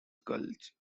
gulch